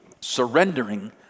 Surrendering